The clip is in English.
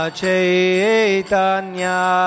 Chaitanya